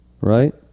right